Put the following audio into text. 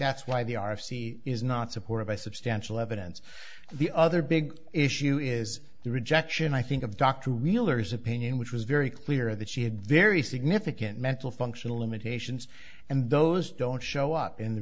that's why the r f c is not supported by substantial evidence the other big issue is the rejection i think of dr real or his opinion which was very clear that she had very significant mental functional limitations and those don't show up in the